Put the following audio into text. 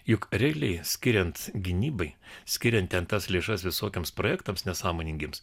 juk realiai skiriant gynybai skirianti ten tas lėšas visokiems projektams nesąmoningiems